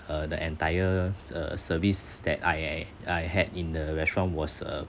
uh the entire uh service that I I I had in the restaurant was uh